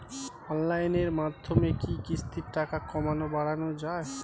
অনলাইনের মাধ্যমে কি কিস্তির টাকা কমানো বাড়ানো যায়?